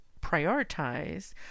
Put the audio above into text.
prioritize